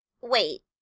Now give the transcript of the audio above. Wait